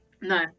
No